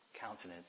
countenance